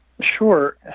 Sure